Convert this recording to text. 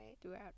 throughout